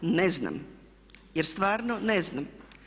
Ne znam, jer stvarno ne znam.